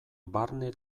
barne